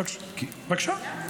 בבקשה.